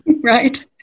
right